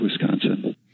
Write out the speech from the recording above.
Wisconsin